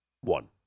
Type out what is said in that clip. one